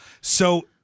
So-